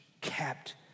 kept